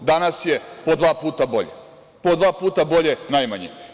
Danas je po dva puta bolje, po dva puta bolje najmanje.